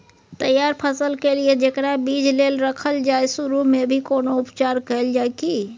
तैयार फसल के लिए जेकरा बीज लेल रखल जाय सुरू मे भी कोनो उपचार कैल जाय की?